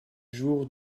jour